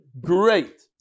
Great